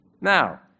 Now